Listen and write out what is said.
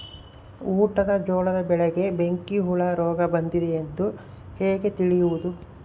ಊಟದ ಜೋಳದ ಬೆಳೆಗೆ ಬೆಂಕಿ ಹುಳ ರೋಗ ಬಂದಿದೆ ಎಂದು ಹೇಗೆ ತಿಳಿಯುವುದು?